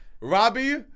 Robbie